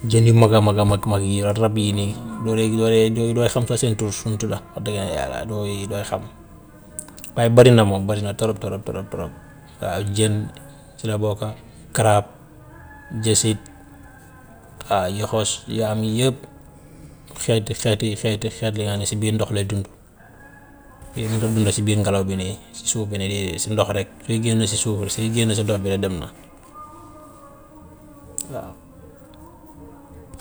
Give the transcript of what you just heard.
Jën yu mag a mag mag mag yi rab rab yii nii loolee yooyee yooyu dooy xam sax seen tur nuñ tudda wax dëgg yàlla dooy dooy xam, waaye bari na moom bari na trop trop trop trop. Waa jën ci la bokka, karaab, jësit, waa yoxos, yi am yi yëpp xeeti xeeti xeeti xeet yi nga ne si biir ndox lay dund, yooyu du ko dunda si biir ngelaw bi nii, si suuf bi nii déedéet si ndox rek, suy génn si suuf, suy génn si ndox bi rek dem na waaw.